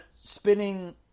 spinning –